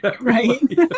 right